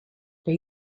they